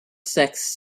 sex